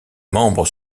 membres